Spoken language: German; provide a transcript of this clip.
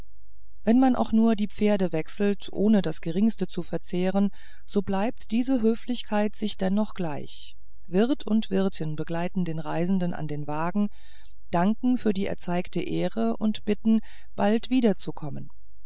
wenn man auch nur die pferde wechselt ohne das geringste zu verzehren so bleibt diese höflichkeit sich dennoch gleich wirt und wirtin begleiten die reisenden an den wagen danken für die erzeigte ehre und bitten bald wieder